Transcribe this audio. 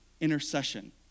intercession